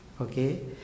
okay